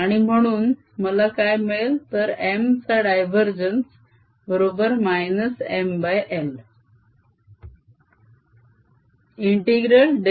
आणि म्हणून मला काय मिळेल तर M चा डायवरजेन्स बरोबर -Ml